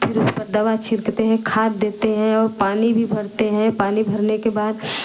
फिर उस पर दवा छिड़कते हैं खाद देते हैं और पानी भी भरते हैं पानी भरने के बाद